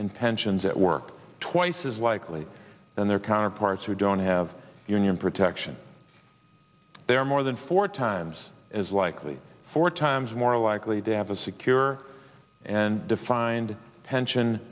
pensions at work twice as likely than their counterparts who don't have union protection they're more than four times as likely four times more likely to have a secure and defined pension